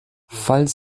falls